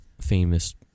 famous